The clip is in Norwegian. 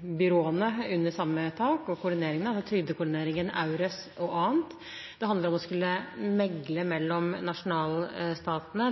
byråene under samme tak – trygdekoordineringen, EURES og annet. Det handler om å skulle megle mellom nasjonalstatene